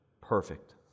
perfect